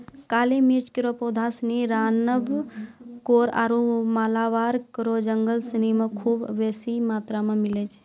काली मिर्च केरो पौधा सिनी त्रावणकोर आरु मालाबार केरो जंगल सिनी म खूब बेसी मात्रा मे मिलै छै